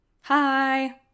Hi